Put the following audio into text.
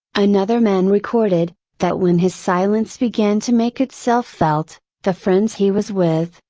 another man recorded, that when his silence began to make itself felt, the friends he was with,